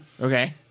Okay